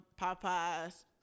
Popeye's